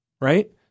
right